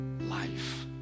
life